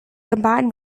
combined